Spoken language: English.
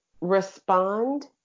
respond